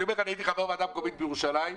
הייתי חבר בוועדה מקומית בירושלים,